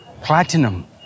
platinum